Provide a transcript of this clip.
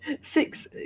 Six